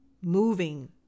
Moving